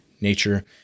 nature